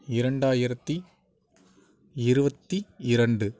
இரண்டாயிரத்து இருபத்தி இரண்டு